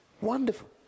wonderful